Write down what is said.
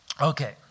Okay